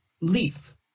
Leaf